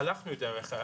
הלכנו דרך.